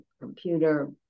computer